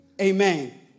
Amen